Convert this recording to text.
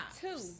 two